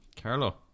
Carlo